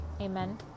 Amen